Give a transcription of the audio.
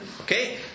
Okay